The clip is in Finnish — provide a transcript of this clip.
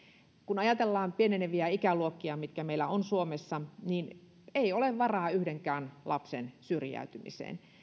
kun ajatellaan pieneneviä ikäluokkia mitkä meillä on suomessa niin ei ole varaa yhdenkään lapsen syrjäytymiseen